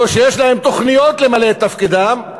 או שיש להן תוכניות למלא את תפקידן,